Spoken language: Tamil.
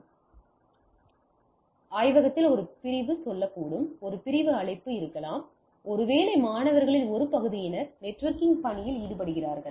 இது ஆய்வகத்தில் ஒரு பிரிவு சொல்லக்கூடும் ஒரு பிரிவு அழைப்பு இருக்கலாம் ஒருவேளை மாணவர்களில் ஒரு பகுதியினர் நெட்வொர்க்கிங் பணியில் ஈடுபடுகிறார்கள்